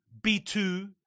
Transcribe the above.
B2